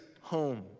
home